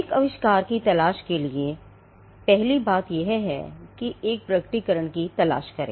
एक आविष्कार की तलाश के लिए पहली बात यह है कि एक प्रकटीकरण की तलाश करें